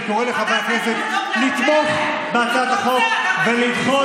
אני קורא לחברי הכנסת לתמוך בהצעת החוק ולדחות